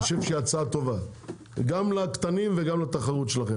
אני חושב שזו הצעה טובה גם לקטנים וגם לתחרות.